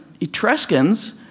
Etruscans